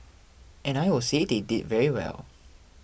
and I will say they did very well